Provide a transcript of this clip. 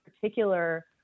particular